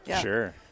Sure